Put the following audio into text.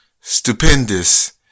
stupendous